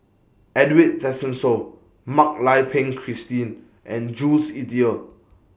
Edwin Tessensohn Mak Lai Peng Christine and Jules Itier